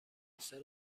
عنصر